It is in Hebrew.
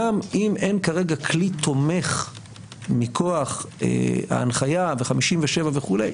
גם אם אין כרגע כלי תומך מכוח ההנחיה ו-57 וכולי,